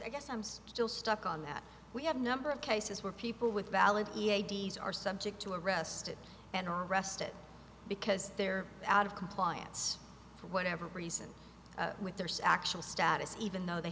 i guess i'm still stuck on that we have a number of cases where people with valid id s are subject to arrested and or arrested because they're out of compliance for whatever reason with there's actual status even though they